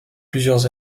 plusieurs